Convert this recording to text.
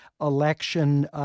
election